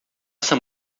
essa